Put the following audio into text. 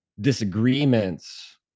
disagreements